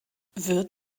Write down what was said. wird